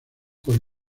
con